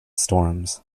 storms